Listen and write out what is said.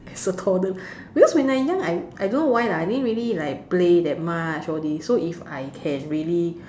as a toddler because when I young I I don't know why lah I didn't really like play that much all these so if I can really